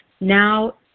now